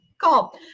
call